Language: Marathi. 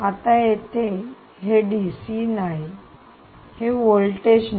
आता येथे हे डीसी नाही हे व्होल्टेज नाही